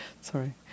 Sorry